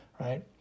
right